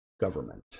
government